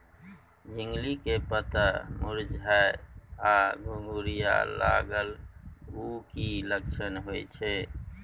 झिंगली के पत्ता मुरझाय आ घुघरीया लागल उ कि लक्षण होय छै?